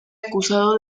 acusado